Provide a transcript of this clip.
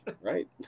right